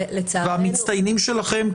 המצטיינים שלכם,